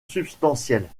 substantielle